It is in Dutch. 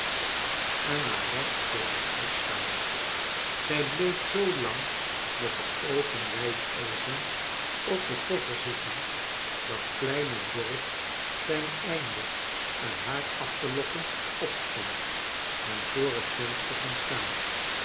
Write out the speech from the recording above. en maar recht voor zich uit starend zij bleef zoo lang met de oogen wijd open op den koffer zitten dat kleine dorrit ten einde er haar af te lokken opstond en voor het venster ging staan